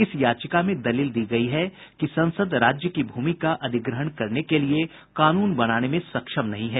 इस याचिका में दलील दी गयी है कि संसद राज्य की भूमि का अधिग्रहण करने के लिए कानून बनाने में सक्षम नहीं है